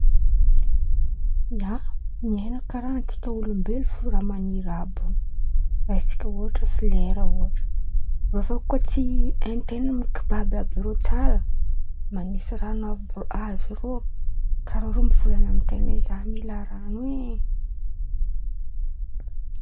ia, miain̈a karàha atsika olombelo fo raha man̈iry àby io, raisitsika ôhatra folera ôhatra, irô fo koa tsy hainten̈a mikobàby azy irô tsara, man̈isy ran̈o azy irô, karàha irô mivolan̈a amiten̈a oe za mila ran̈o e.